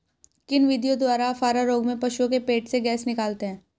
किन विधियों द्वारा अफारा रोग में पशुओं के पेट से गैस निकालते हैं?